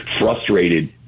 frustrated